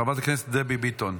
חברת הכנסת דבי ביטון.